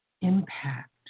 impact